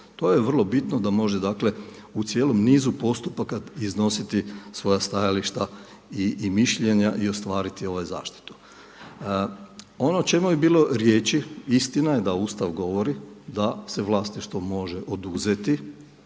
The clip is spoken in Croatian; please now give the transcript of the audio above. To je vrlo bitno da može dakle u cijelom nizu postupaka iznositi svoja stajališta i mišljenja i ostvariti zaštitu. Ono o čemu je bilo riječi, istina je da Ustav govori da se vlasništvo može oduzeti